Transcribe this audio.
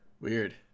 Weird